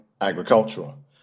agricultural